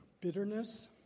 bitterness